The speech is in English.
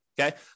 Okay